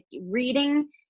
reading